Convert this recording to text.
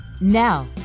Now